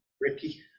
Ricky